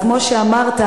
כמו שאמרת,